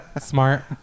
smart